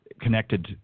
connected